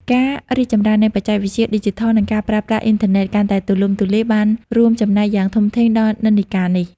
ការរីកចម្រើននៃបច្ចេកវិទ្យាឌីជីថល និងការប្រើប្រាស់អ៊ីនធឺណិតកាន់តែទូលំទូលាយ បានរួមចំណែកយ៉ាងធំធេងដល់និន្នាការនេះ។